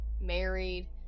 married